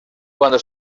cuando